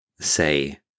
say